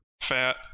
fat